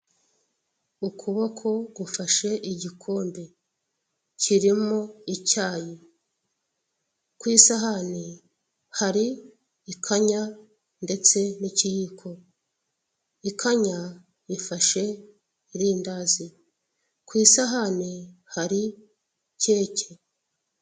Ukuboko gufashe igikombe. Kirimo icyayi. Ku isahani hari ikanya ndetse n'ikiyiko. Ikanya ifashe irindazi. Ku isahani hari keke.